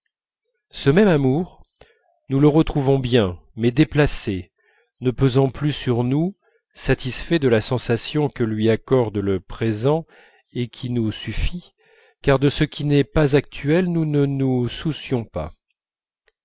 ce même amour nous le retrouvons bien mais déplacé ne pesant plus sur nous satisfait de la sensation que lui accorde le présent et qui nous suffit car de ce qui n'est pas actuel nous ne nous soucions pas